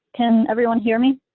can everyone hear me?